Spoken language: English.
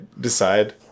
decide